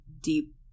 deep